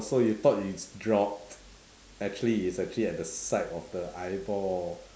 so you thought you dropped actually is actually at the side of the eyeball